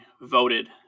voted